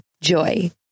JOY